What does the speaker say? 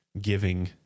giving